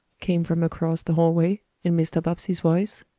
came from across the hallway, in mr. bobbsey's voice.